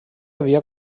havia